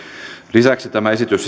lisäksi tämä esitys